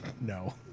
No